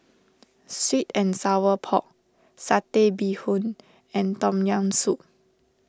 Sweet and Sour Pork Satay Bee Hoon and Tom Yam Soup